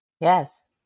Yes